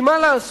כי מה לעשות,